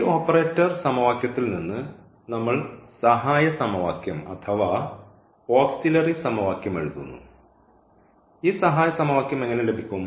ഈ ഓപ്പറേറ്റർ സമവാക്യത്തിൽ നിന്ന് നമ്മൾ സഹായ സമവാക്യം അഥവാ ഓക്സിലറി സമവാക്യം എഴുതുന്നു ഈ സഹായ സമവാക്യം എങ്ങനെ ലഭിക്കും